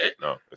no